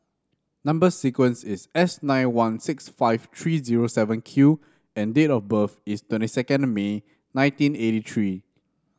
number sequence is S nine one six five three zero seven Q and date of birth is twenty second May nineteen eighty three